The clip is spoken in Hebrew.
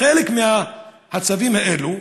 חלק מהצווים האלו,